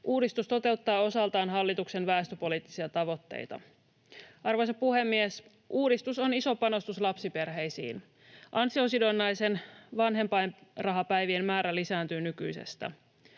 Uudistus toteuttaa osaltaan hallituksen väestöpoliittisia tavoitteita. Arvoisa puhemies! Uudistus on iso panostus lapsiperheisiin. Ansiosidonnaisten vanhempainrahapäivien määrä lisääntyy nykyisestä.